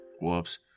Whoops